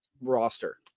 roster